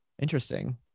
Interesting